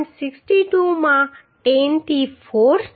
62 માં 10 થી 4 છે